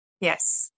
Yes